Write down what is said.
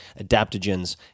adaptogens